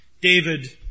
David